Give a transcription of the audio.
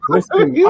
Listen